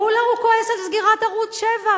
כולה הוא כועס על סגירת ערוץ-7.